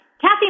Kathy